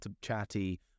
chatty